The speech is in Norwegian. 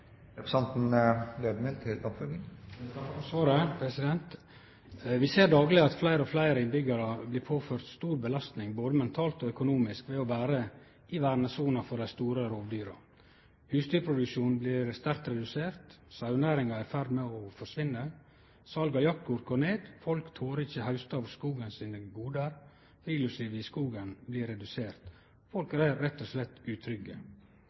for svaret. Vi ser dagleg at fleire og fleire innbyggjarar blir påførde stor belastning både mentalt og økonomisk ved å vere i vernesona for dei store rovdyra. Husdyrproduksjonen blir sterkt redusert, sauenæringa er i ferd med å forsvinne, og sal av jaktkort går ned. Folk torer ikkje hauste av skogen sine gode, og friluftslivet i skogen blir redusert. Folk er rett og slett utrygge.